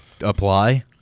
Apply